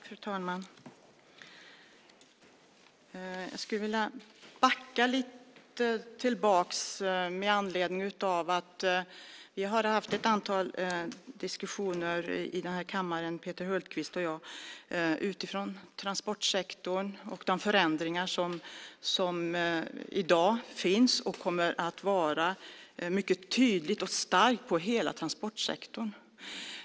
Fru talman! Jag skulle vilja backa tillbaka lite med anledning av att vi har haft ett antal diskussioner i kammaren, Peter Hultkvist och jag, utifrån transportsektorn och de förändringar som i dag sker och kommer att ske mycket tydligt och starkt i hela transportsektorn.